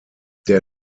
der